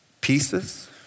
pieces